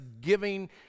giving